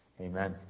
Amen